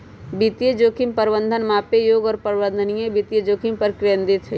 वित्तीय जोखिम प्रबंधन मापे योग्य और प्रबंधनीय वित्तीय जोखिम पर केंद्रित हई